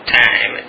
time